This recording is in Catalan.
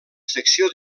secció